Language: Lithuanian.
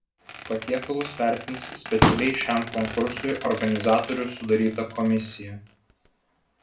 patiekalus vertins specialiai šiam konkursui organizatorių sudaryta komisija